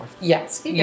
Yes